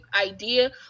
idea